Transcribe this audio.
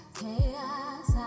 chaos